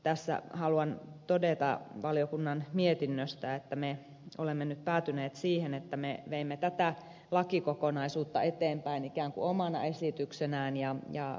tässä haluan todeta valiokunnan mietinnöstä että me olemme nyt päätyneet siihen että me veimme tätä lakikokonaisuutta eteenpäin ikään kuin omana esityksenään